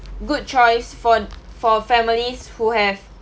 good choice for for families who have